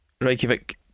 Reykjavik